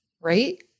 right